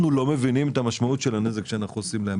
אנחנו לא מבינים את המשמעות של הנזק שאנחנו עושים להם.